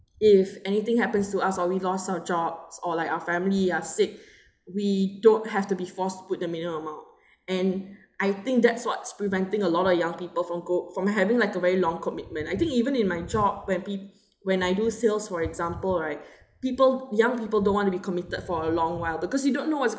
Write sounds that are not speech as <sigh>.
if anything happens to us or we lost our jobs or like our family are sick <breath> we don't have to be forced to put the minimum amount and I think that's what's preventing a lot of young people from go from having like a very long commitment I think even in my job when p~ <breath> when I do sales for example right people young people don't want to be committed for a long while because you don't know what's go~